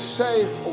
safe